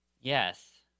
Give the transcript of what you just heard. Yes